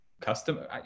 customer